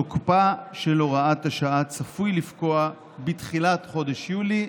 תוקפה של הוראת השעה צפוי לפקוע בתחילת חודש יולי,